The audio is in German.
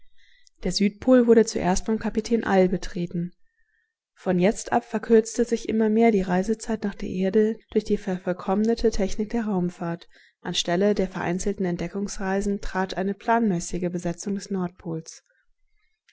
der südpol wurde zuerst vom kapitän all betreten von jetzt ab verkürzte sich immer mehr die reisezeit nach der erde durch die vervollkommnete technik der raumfahrt anstelle der vereinzelten entdeckungsreisen trat eine planmäßige besetzung des nordpols